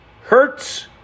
Hertz